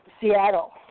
Seattle